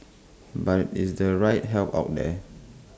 but is the right help out there